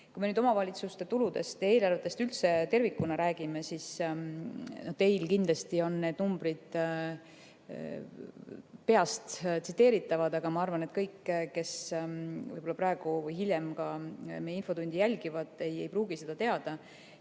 Kui me nüüd omavalitsuste tuludest ja eelarvetest üldse tervikuna räägime, siis teil kindlasti on need numbrid peast tsiteeritavad, aga ma arvan, et kõik, kes võib-olla praegu või ka hiljem meie infotundi jälgivad, ei pruugi seda teada.